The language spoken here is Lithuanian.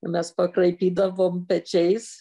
mes pakraipydavom pečiais